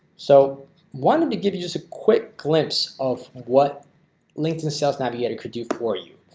so one of the give you just a quick glimpse of what linkedin sales navigator could do for you.